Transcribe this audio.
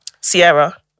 Sierra